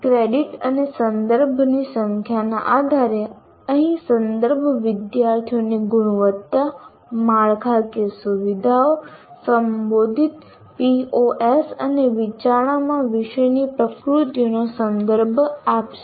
credits અને સંદર્ભની સંખ્યાના આધારે અહીં સંદર્ભ વિદ્યાર્થીઓની ગુણવત્તા માળખાકીય સુવિધાઓ સંબોધિત POs અને વિચારણામાં વિષયની પ્રકૃતિનો સંદર્ભ આપશે